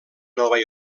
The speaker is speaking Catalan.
nova